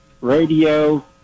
radio